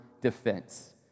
defense